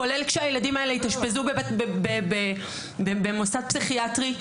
כולל כשהילדים התאשפזו במוסד פסיכיאטרי,